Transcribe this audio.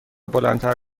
بلندتر